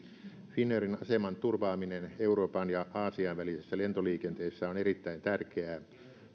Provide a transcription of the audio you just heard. finnairin aseman turvaaminen euroopan ja aasian välisessä lentoliikenteessä on erittäin tärkeää